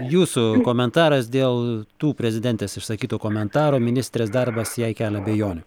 jūsų komentaras dėl tų prezidentės išsakytų komentarų ministrės darbas jai kelia abejonių